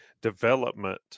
development